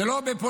זה לא בפולין,